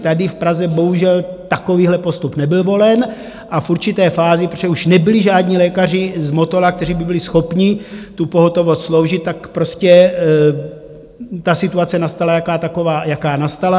Tady v Praze bohužel takovýhle postup nebyl volen a v určité fázi, protože už nebyli žádní lékaři z Motola, kteří by byli schopni tu pohotovost sloužit, prostě ta situace nastala je taková, jaká nastala.